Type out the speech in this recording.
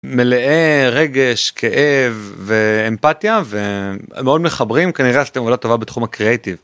מלאה רגש כאב ואמפתיה ומאוד מחברים, כנראה עשיתם עובדה טובה בתחום הקריטיב.